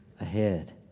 ahead